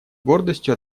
гордостью